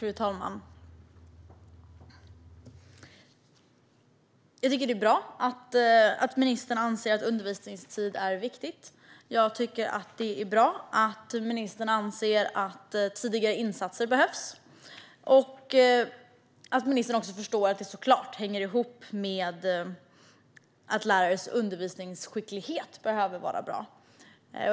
Fru talman! Jag tycker att det är bra att ministern anser att undervisningstid är viktigt. Jag tycker att det är bra att ministern anser att tidiga insatser behövs och att ministern förstår att detta såklart hänger ihop med att lärares undervisningsskicklighet behöver vara bra.